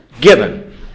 Given